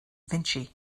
vinci